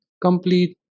Complete